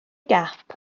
gap